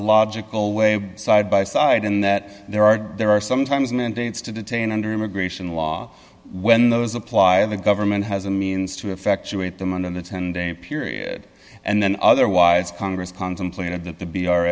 logical way side by side in that there are there are some times and dates to detain under immigration law when those apply in the government has a means to effectuate them on a ten day period and then otherwise congress contemplated that the be r